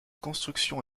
construction